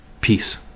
Peace